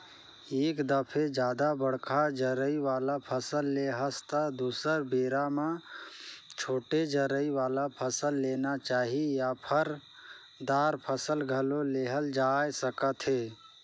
एक दफे जादा बड़का जरई वाला फसल ले हस त दुसर बेरा म छोटे जरई वाला फसल लेना चाही या फर, दार फसल घलो लेहल जाए सकथे